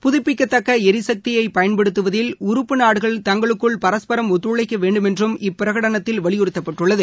புதுப்பிக்கத்தக்களிசக்தியைபயன்படுத்தவதில் உறுப்பு நாடுகள் தங்களுக்குள் பரஸ்பரம் ஒத்துழைக்கவேண்டுமென்றும் இப்பிரகடனத்தில் வலியுறுத்தப்பட்டுள்ளது